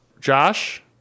Josh